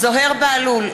זוהיר בהלול,